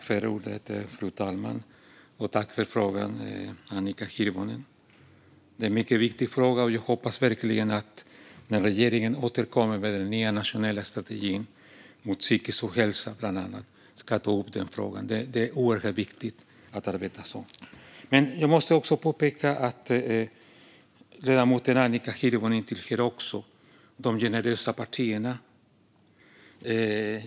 Fru talman! Tack för frågan, Annika Hirvonen! Det är en mycket viktig fråga. Jag hoppas verkligen att man, när regeringen återkommer med den nya nationella strategin mot psykisk ohälsa, bland annat ska ta upp den frågan. Det är oerhört viktigt att arbeta så. Men jag måste också påpeka att ledamoten Annika Hirvonen tillhör ett av de generösa partierna.